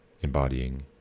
embodying